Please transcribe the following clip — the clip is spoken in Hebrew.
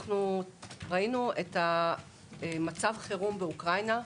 ראינו את מצב החירום באוקראינה,